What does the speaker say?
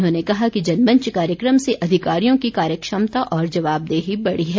उन्होंने कहा कि जनमंच कार्यक्रम से अधिकारियों की कार्यक्षमता और जवाबदेही बढ़ी है